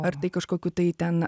ar kažkokių tai ten